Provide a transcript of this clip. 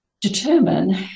determine